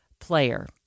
player